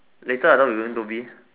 later I thought we going Dhoby